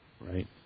Right